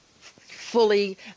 fully